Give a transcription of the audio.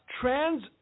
trans